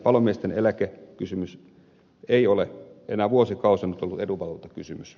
palomiesten eläkekysymys ei ole enää vuosikausiin ollut edunvalvontakysymys